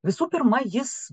visų pirma jis